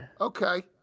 Okay